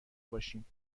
باشیم